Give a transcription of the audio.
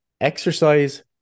Exercise